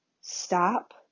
stop